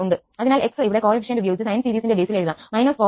അതിനാൽ x ഇവിടെ coefficient ഉപയോഗിച്ച് സൈൻ സീരീസിന്റെ ബേസിൽ എഴുതാം 4nπcos nπ